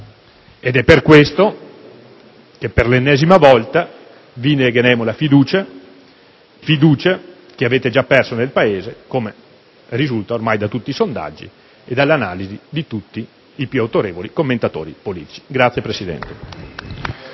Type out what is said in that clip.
E' per questo che per l'ennesima volta vi negheremo la fiducia, che avete già perso nel Paese, come risulta ormai da tutti i sondaggi e dall'analisi di tutti i più autorevoli commentatori politici. *(Applausi